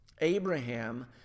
Abraham